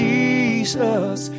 Jesus